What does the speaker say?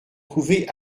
trouvés